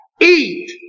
eat